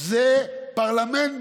זה פרלמנט במיטבו.